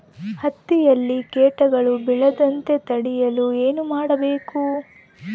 ಹತ್ತಿಯಲ್ಲಿ ಕೇಟಗಳು ಬೇಳದಂತೆ ತಡೆಯಲು ಏನು ಮಾಡಬೇಕು?